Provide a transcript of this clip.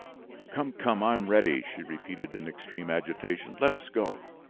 come, come! i am ready, she repeated in extreme agitation let us go,